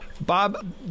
Bob